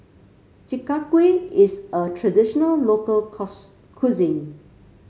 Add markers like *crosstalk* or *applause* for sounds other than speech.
Chi Kak Kuih is a traditional local *unintelligible* cuisine